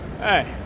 Hey